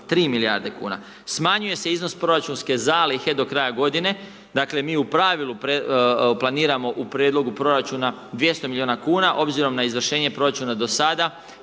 4,3 milijarde kuna. Smanjuje se iznos proračunske zalihe do kraja godine. Dakle, mi u pravilu planiramo u prijedlogu proračuna 200 milijuna kuna obzirom na izvršenje proračuna do sada,